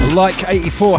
like84